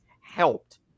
helped